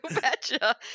betcha